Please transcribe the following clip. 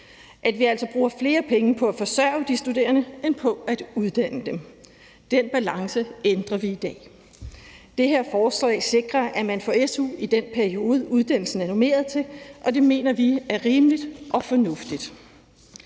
at vi altså bruger flere penge på at forsørge de studerende end på at uddanne dem. Den balance ændrer vi i dag. Det her forslag sikrer, at man får su i den periode, uddannelsen er normeret til, og det mener vi er rimeligt og fornuftigt.